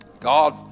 God